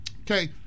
Okay